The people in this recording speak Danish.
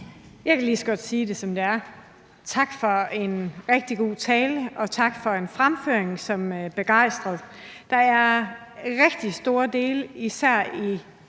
Jeg kan lige så godt sige det, som det er: Tak for en rigtig god tale, og tak for en fremføring, som begejstrede. Der er rigtig store dele af hr.